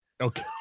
Okay